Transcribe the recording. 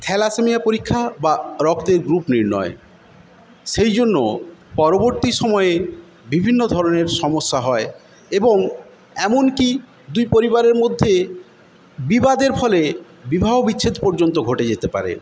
thalassaemia পরীক্ষা বা রক্তের গ্রুপ নির্ণয় সেইজন্য পরবর্তী সময়ে বিভিন্ন ধরনের সমস্যা হয় এবং এমনকি দুই পরিবারের মধ্যে বিবাদের ফলে বিবাহ বিচ্ছেদ পর্যন্ত ঘটে যেতে পারে